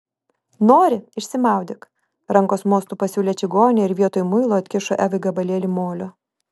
nori išsimaudyk rankos mostu pasiūlė čigonė ir vietoj muilo atkišo evai gabalėlį molio